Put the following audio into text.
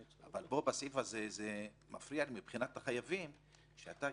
אבל פה בסעיף הזה זה מפריע מבחינת החייבים כשאתה